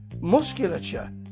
musculature